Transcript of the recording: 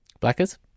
Blackers